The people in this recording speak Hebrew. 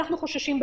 אנחנו חוששים,